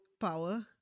Power